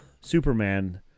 Superman